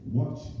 watch